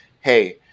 hey